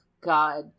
god